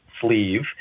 sleeve